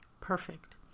perfect